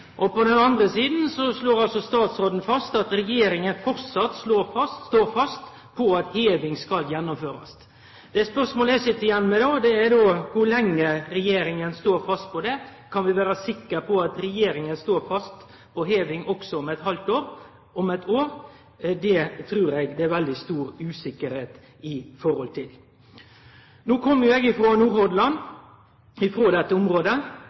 og på den andre sida slår statsråden fast at regjeringa framleis står fast på at heving skal gjennomførast. Det spørsmålet eg sit igjen med då, er kor lenge regjeringa står fast på det. Kan vi vere sikre på at regjeringa står fast på heving også om eit halvt år, om eit år? Det trur eg det er veldig stor usikkerheit om. No kjem eg frå Nordhordland, frå dette området.